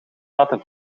laten